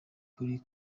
ukuri